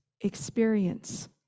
experience